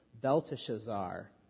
Belteshazzar